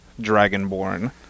dragonborn